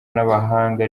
n’abahanga